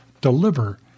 deliver